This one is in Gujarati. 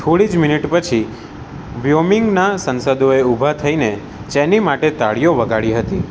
થોડી જ મિનિટ પછી વ્યોમિંગના સંસદોએ ઊભા થઈને ચેની માટે તાળીઓ વગાળી હતી